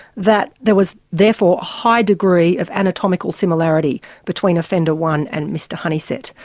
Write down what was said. that there was therefore a high degree of anatomical similarity between offender one and mr honeysett.